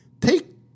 Take